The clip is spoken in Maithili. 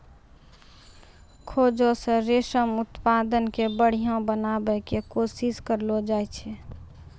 खोजो से रेशम उत्पादन के बढ़िया बनाबै के कोशिश करलो जाय छै